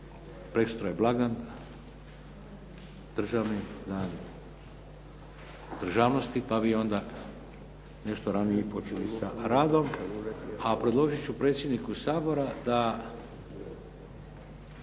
preksutra je blagdan državni, Dan državnosti pa bi onda nešto ranije i počeli sa radom, a predložiti ću predsjedniku Sabora da